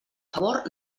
favor